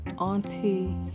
auntie